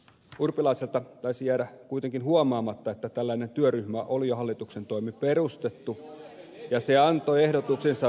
urpilaiselta taisi kuitenkin jäädä huomaamatta että tällainen työryhmä oli jo hallituksen toimin perustettu ja se antoi ehdotuksensa viime viikolla